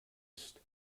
ist